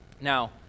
Now